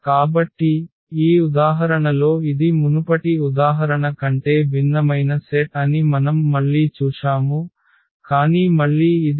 కాబట్టి ఈ ఉదాహరణలో ఇది మునుపటి ఉదాహరణ కంటే భిన్నమైన సెట్ అని మనం మళ్ళీ చూశాము కానీ మళ్ళీ ఇది కూడా ఈ R³ యొక్క స్పానింగ్ సెట్